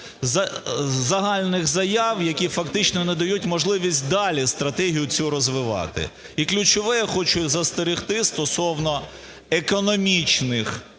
загальних заяв, які фактично не дають можливість далі стратегію цю розвивати. І ключове, я хочу застерегти стосовно економічних